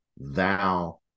thou